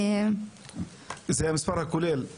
זה המספר הכולל,